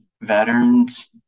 veterans